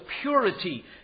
purity